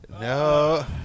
No